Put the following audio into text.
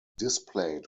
displayed